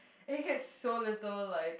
and he get so little like